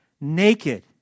naked